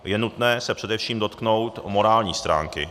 Je nutné se především dotknout morální stránky.